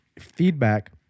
feedback